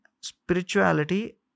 spirituality